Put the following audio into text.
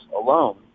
alone